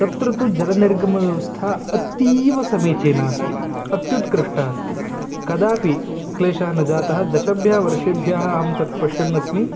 तत्र जलनिर्गमव्यवस्था अतीव समीचीना अस्ति अत्युत्कृष्टा अस्ति कदापि क्लेशः न जातः दशेभ्यः वर्षेभ्यः अहं तत् पश्यन्नस्मि